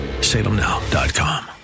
salemnow.com